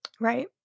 Right